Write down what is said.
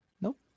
Nope